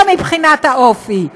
לא מבחינת האופי,